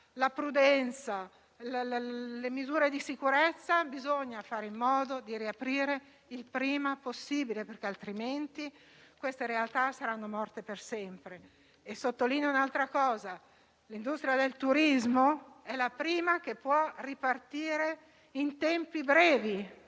la prudenza, le misure di sicurezza, bisogna fare in modo di riaprire il prima possibile, altrimenti queste realtà saranno morte per sempre. Sottolineo un altro punto. L'industria del turismo è la prima che può ripartire in tempi brevi,